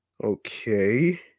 Okay